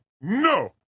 No